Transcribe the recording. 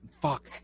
Fuck